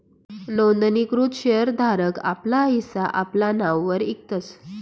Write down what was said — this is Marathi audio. नोंदणीकृत शेर धारक आपला हिस्सा आपला नाववर इकतस